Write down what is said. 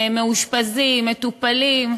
מאושפזים ומטופלים,